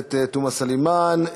הכנסת תומא סלימאן.